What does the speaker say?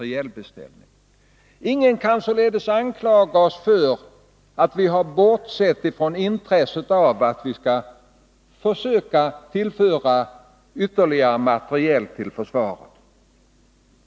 Ingen kan således anklaga oss för att ha bortsett från intresset att tillföra ytterligare materiel till försvaret.